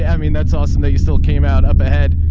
i mean, that's awesome that you still came out up ahead.